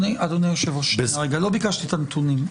אדוני היושב-ראש, לא ביקשתי את הנתונים.